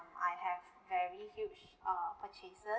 I have very huge uh purchases